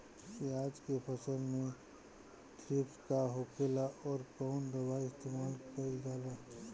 प्याज के फसल में थ्रिप्स का होखेला और कउन दवाई इस्तेमाल कईल जाला?